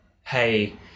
hey